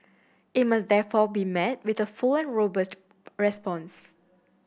it must therefore be met with the full and robust response